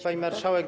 Pani Marszałek!